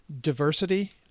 diversity